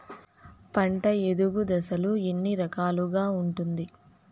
పంట ఎదుగు దశలు ఎన్ని రకాలుగా ఉంటుంది?